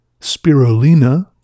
spirulina